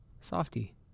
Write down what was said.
softy